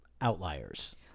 outliers